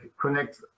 connect